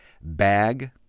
bag